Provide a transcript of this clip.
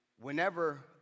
whenever